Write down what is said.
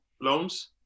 loans